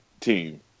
team